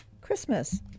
Christmas